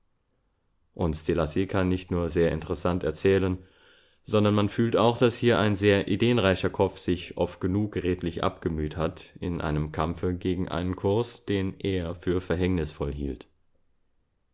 und szilassy kann nicht nur sehr interessant erzählen sondern man fühlt auch daß hier ein sehr ideenreicher kopf sich oft genug redlich abgemüht hat in einem kampfe gegen einen kurs den er für verhängnisvoll hielt